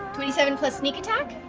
twenty seven plus sneak attack?